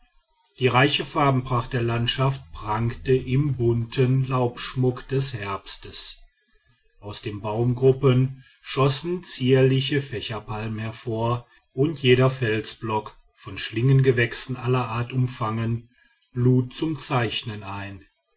die reiche farbenpracht der landschaft prangte im bunten laubschmuck des herbstes aus den baumgruppen schossen zierliche fächerpalmen hervor und jeder felsblock von schlinggewächsen aller art umfangen lud zum zeichnen ein